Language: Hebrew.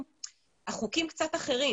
החוקים בעניין קצת אחרים